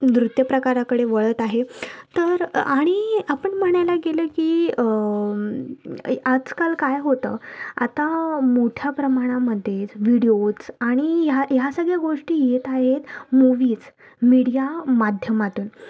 नृत्यप्रकाराकडे वळत आहे तर आणि आपण म्हणायला गेलं की आजकाल काय होतं आता मोठ्या प्रमाणामध्ये व्हिडीओज आणि ह्या ह्या सगळ्या गोष्टी येत आहेत मुव्हीज मीडिया माध्यमातून